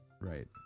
Right